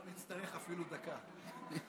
לא נצטרך אפילו דקה.